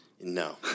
No